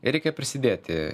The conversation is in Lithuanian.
reikia prisidėti